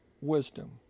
wisdom